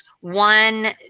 One